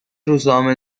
روزنامه